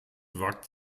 wagt